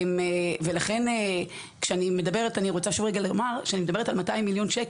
לכן, כשאני מדברת על 200 מיליון ₪